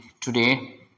today